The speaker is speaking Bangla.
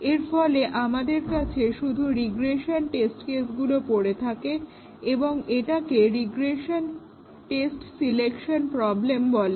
এরফলে আমাদের কাছে শুধু রিগ্রেশন টেস্ট কেসগুলো পরে থাকে এবং এটাকে রিগ্রেশন টেস্ট সিলেকশন প্রবলেম বলে